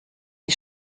die